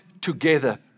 together